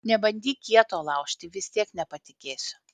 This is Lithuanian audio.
nebandyk kieto laužti vis tiek nepatikėsiu